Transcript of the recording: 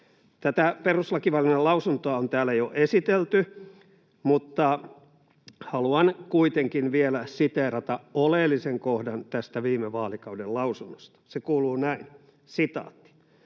Tätä perustuslakivaliokunnan lausuntoa on täällä jo esitelty, mutta haluan kuitenkin vielä siteerata oleellisen kohdan tästä viime vaalikauden lausunnosta. Se kuuluu näin: